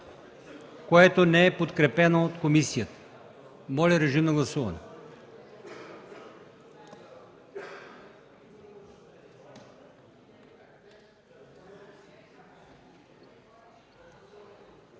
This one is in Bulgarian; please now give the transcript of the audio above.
което не е подкрепено от комисията. Моля, режим на гласуване.